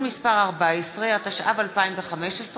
התשע"ה 2015,